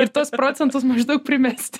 ir tuos procentus maždaug primesti